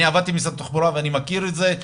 אני עבדתי במשרד התחבורה ואני מכיר את זה,